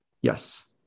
Yes